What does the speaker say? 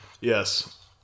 Yes